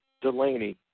Delaney